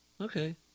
Okay